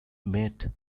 met